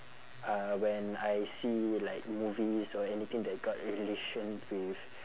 uh when I see like movies or anything that got relation with